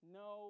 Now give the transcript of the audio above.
no